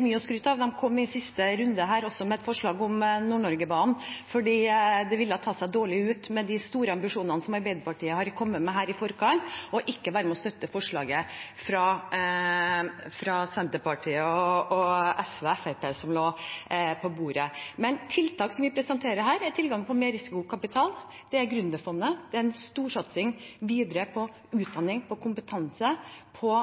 mye å skryte av. De kom i siste runde her også med et forslag om Nord-Norge-banen, fordi det ville ta seg dårlig ut med de store ambisjonene som Arbeiderpartiet har kommet med her i forkant, å ikke være med og støtte forslaget fra Senterpartiet, SV og Fremskrittspartiet, som lå på bordet. Men tiltak som vi presenterer her, er tilgang på mer risikokapital, det er gründerfondet, det er en storsatsing videre på utdanning og kompetanse, på